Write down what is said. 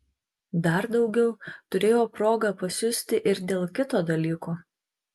dar daugiau turėjo progą pasiusti ir dėl kito dalyko